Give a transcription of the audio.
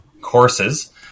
courses